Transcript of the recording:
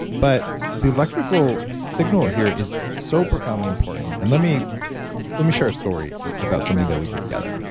but the electrical signal here is so profoundly important. and let me let me share a story about something that we did together